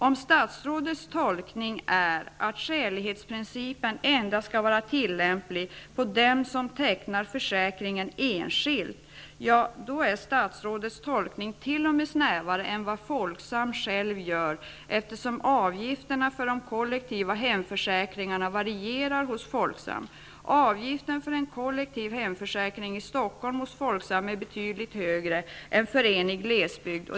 Om statsrådets tolkning är att skälighetsprincipen endast skall vara tillämplig på den som tecknar försäkringen enskilt -- ja, då är statsrådets tolkning t.o.m. snävare än den tolkning som Folksam gör, eftersom avgifterna för de kollektiva hemförsäkringarna varierar hos Stockholm hos Folksam är betydligt högre än för en i glesbygd.